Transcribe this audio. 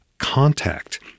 contact